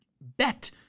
bet